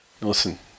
Listen